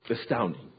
astounding